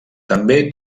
també